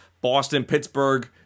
Boston-Pittsburgh